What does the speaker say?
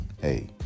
Hey